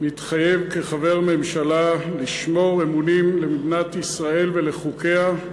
מתחייב כחבר ממשלה לשמור אמונים למדינת ישראל ולחוקיה,